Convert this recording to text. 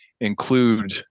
include